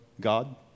God